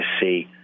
see